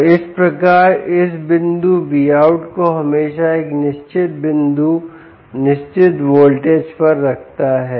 और इस प्रकार इस बिंदु Vout को हमेशा एक निश्चित बिंदु निश्चित वोल्टेज पर रखता है